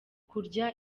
kurya